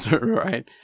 Right